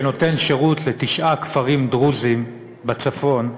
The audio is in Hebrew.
שנותן שירות לתשעה כפרים דרוזיים בצפון,